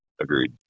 Agreed